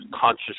conscious